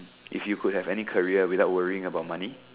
if you could have any career without worrying about money